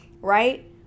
right